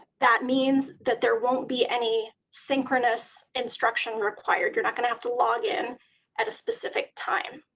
that means that there won't be any synchronous instruction required. you're not going to have to log in at a specific time.